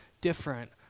different